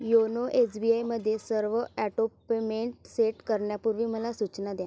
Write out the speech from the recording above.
YONO S B आयमध्ये सर्व auto payment set करण्यापूर्वी मला सूचना द्या